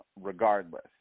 regardless